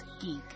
geek